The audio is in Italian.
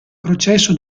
processo